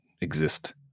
exist